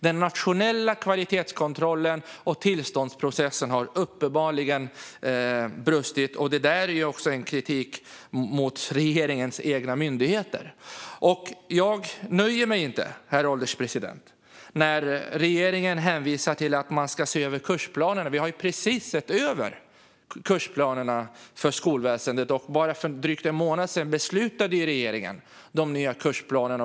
Den nationella kvalitetskontrollen och tillståndsprocessen har uppenbarligen brustit. Det är också en kritik mot regeringens egna myndigheter. Jag nöjer mig inte, herr ålderspresident, när regeringen hänvisar till att man ska se över kursplanerna. Vi har ju precis sett över kursplanerna för skolväsendet. För bara drygt en månad sedan beslutade regeringen de nya kursplanerna.